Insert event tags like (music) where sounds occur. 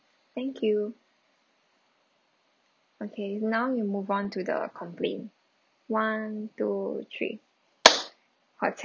thank you okay now we move on to the complaint one two three (noise) hotel